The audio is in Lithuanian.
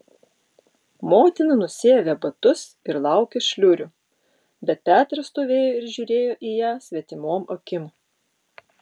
motina nusiavė batus ir laukė šliurių bet petras stovėjo ir žiūrėjo į ją svetimom akim